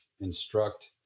instruct